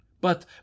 But